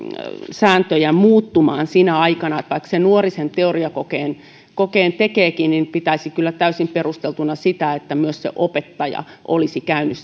sääntöjä muuttua sinä aikana vaikka nuori sen teoriakokeen tekeekin niin pitäisin kyllä täysin perusteltuna että myös opettaja olisi käynyt